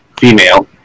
female